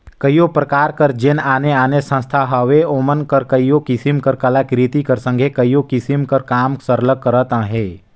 कइयो परकार कर जेन आने आने संस्था हवें ओमन हर कइयो किसिम कर कलाकृति कर संघे कइयो किसिम कर काम सरलग करत अहें